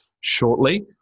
shortly